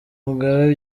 mugabe